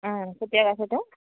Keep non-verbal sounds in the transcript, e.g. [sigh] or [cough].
[unintelligible]